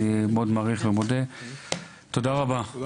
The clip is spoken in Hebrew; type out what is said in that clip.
אני מאוד מודה לכולם.